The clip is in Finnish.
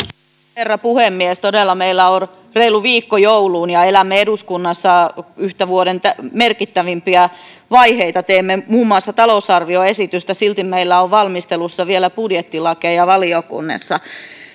herra puhemies meillä on todella reilu viikko jouluun ja elämme eduskunnassa yhtä vuoden merkittävimmistä vaiheista teemme muun muassa talousarvioesitystä silti meillä on vielä valmistelussa budjettilakeja valiokunnissa